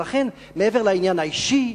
ולכן, מעבר לעניין האישי,